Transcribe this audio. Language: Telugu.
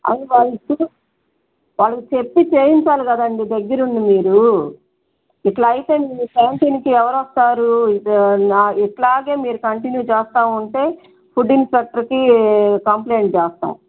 అది వాళ్ల వాళ్ళకి చెప్పి చేయించాలి కదండి దగ్గరు ఉండి మీరు ఇట్ల అయితే మీ క్యాంటిన్కి ఎవరు వస్తారు నా ఇట్లాగే మీరు కంటిన్యూ చేస్తు ఉంటే ఫుడ్ ఇన్స్పెక్టర్కి కంప్లెయింట్ చేస్తాం